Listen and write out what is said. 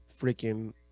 freaking